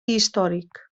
històric